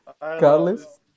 Carlos